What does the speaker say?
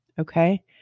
Okay